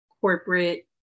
corporate